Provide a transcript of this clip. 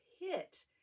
hit